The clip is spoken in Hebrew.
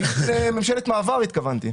היתה ממשלת מעבר התכוונתי.